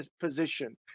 position